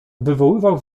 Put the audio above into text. wywoływał